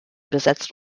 besetzt